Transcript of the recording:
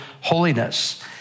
holiness